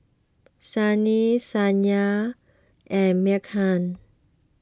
Sunil Saina and Milkha